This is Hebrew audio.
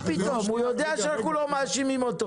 מה פתאום, הוא יודע שאנחנו לא מאשימים אותו.